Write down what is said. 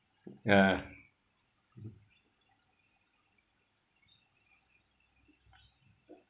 ya ya